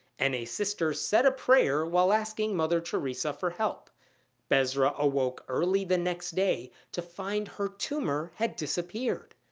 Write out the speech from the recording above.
and a sister said a prayer while asking mother teresa for help besra awoke early the next day to find her tumor had disappeared.